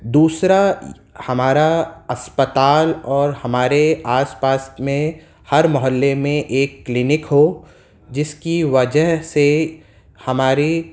دوسرا ہمارا اسپتال اور ہمارے آس پاس میں ہر محلے میں ایک کلینک ہو جس کی وجہ سے ہمارے